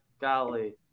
Golly